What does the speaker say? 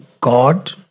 God